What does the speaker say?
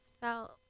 felt